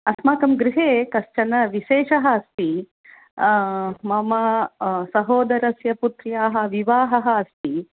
अस्माकं गृहे कश्चन विशेषः अस्ति मम सहोदरस्य पुत्र्याः विवाहः अस्ति